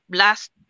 last